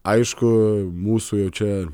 aišku mūsų jau čia